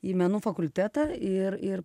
į menų fakultetą ir ir